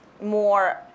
more